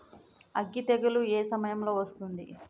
అగ్గి తెగులు ఏ సమయం లో వస్తుంది?